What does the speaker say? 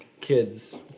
kids